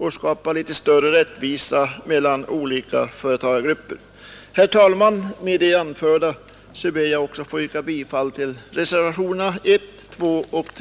och skapa större rättvisa mellan olika företagargrupper. Herr talman! Med det anförda ber också jag att få yrka bifall till reservationerna 1, 2 och 3.